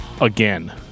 again